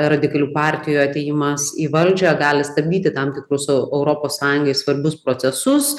radikalių partijų atėjimas į valdžią gali stabdyti tam tikrus europos sąjungai svarbius procesus